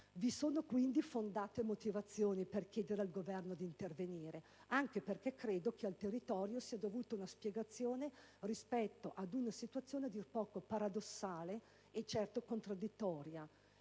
Vi sono, quindi, fondate motivazioni per chiedere al Governo di intervenire, anche perché credo che al territorio sia dovuta una spiegazione rispetto ad una situazione a dir poco paradossale e certo contraddittoria: